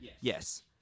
Yes